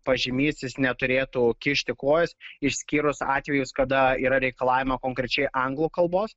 pažymys jis neturėtų kišti kojos išskyrus atvejus kada yra reikalavimai konkrečiai anglų kalbos